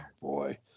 boy